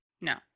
No